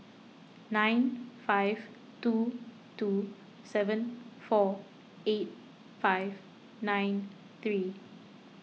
nine five two two seven four eight five nine three